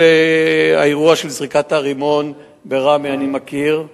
את הנושא של האירוע של זריקת הרימון בראמה אני מכיר,